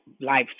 life